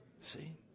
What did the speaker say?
See